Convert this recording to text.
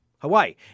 Hawaii